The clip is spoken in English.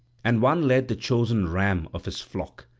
and one led the chosen ram of his flock,